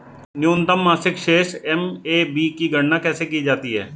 न्यूनतम मासिक शेष एम.ए.बी की गणना कैसे की जाती है?